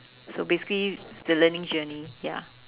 so basically the learning journey ya